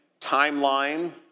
timeline